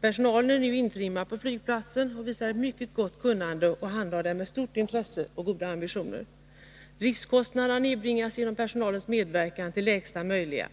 Personalen är nu intrimmad på flygplatsen, visar ett mycket gott kunnande och handhar den med stort intresse och goda ambitioner. Driftskostnaderna nedbringas genom personalens medverkan till de lägsta möjliga.